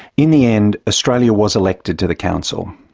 in the end, australia was elected to the council.